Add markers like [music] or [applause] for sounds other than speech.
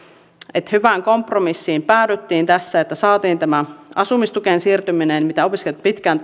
että hyvään kompromissiin päädyttiin tässä että saatiin tässä yhteydessä tehtyä tämä asumistukeen siirtyminen mitä opiskelijat ovat pitkään [unintelligible]